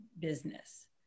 business